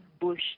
bush